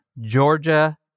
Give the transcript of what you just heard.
Georgia